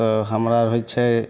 तऽ हमरा होइ छै